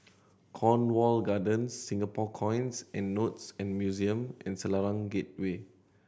Cornwall Gardens Singapore Coins and Notes and Museum and Selarang Get Way